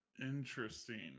Interesting